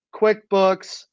QuickBooks